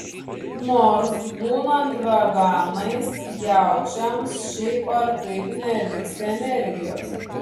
nors būnant veganais jaučiams šiaip ar taip neliks energijos